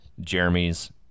Jeremy's